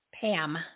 Pam